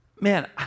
man